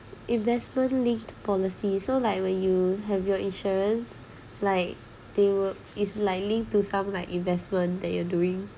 investment linked policies so like when you have your insurance like they wou~ it's likely to some like investment that you are doing